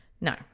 No